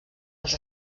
els